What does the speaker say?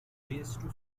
raised